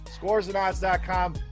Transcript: scoresandodds.com